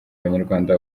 abanyarwanda